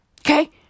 Okay